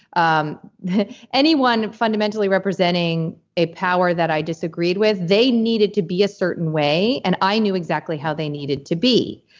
um anyone fundamentally representing a power that i disagreed with, they needed to be a certain way and i knew exactly how they needed to be.